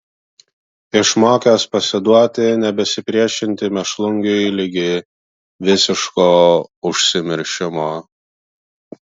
išmokęs pasiduoti nebesipriešinti mėšlungiui ligi visiško užsimiršimo